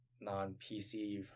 non-PC